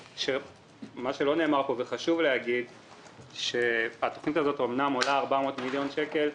לא נאמר פה וחשוב להגיד שהתכנית הזאת עולה 400 מיליון שקלים,